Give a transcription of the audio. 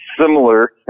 similar